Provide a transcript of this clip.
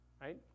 right